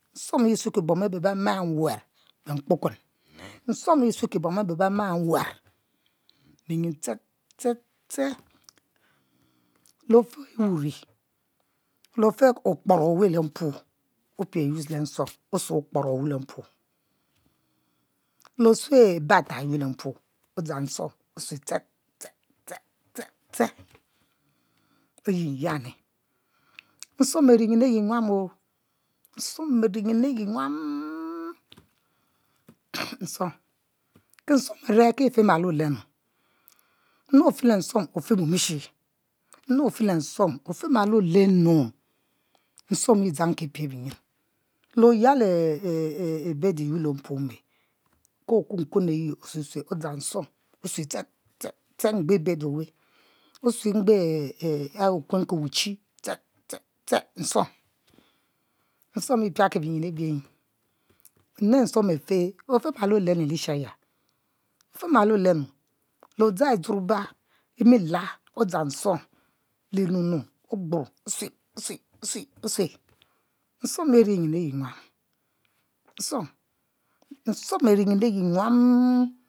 Nsuom yi e sueki bom abe be ma nwam benkpoken nsuom yi bena nwar binyi ste ste ste, le ote e wun le ofe okporo owe le mpuo opie use le nsuom e batar yue le mpuo odzang nsuom osue yi ste ste ste oyin yani nsuom ari nyin ayi nyuamo nsuom ari yin nyuam ki nsuom are ki e'femalo olenu nne ofe le nsuom ofe mom e'she nne ofe le nsuom ofima lo olenu nsuom yi dzanki e'pia binyi le oyal e'bele yue le mpuo me osue sue odzang nsuom ste ste ste libede yue osue mgbe e okueki bichi ste ste ste nsuom nsuom e'piaki binyin abie abie nyi ne suom afe ofimalo olemu lishe aya ofimalo olenu le odzang iwuraba odzang nsuom le nunu osue osue osue nsuom yi ari nyin ayi nyuam nsuom nsuom ari yin ayi nyuam.